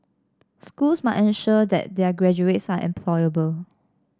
schools must ensure that their graduates are employable